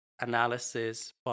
analysis